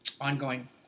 ongoing